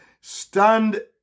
stand